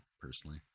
personally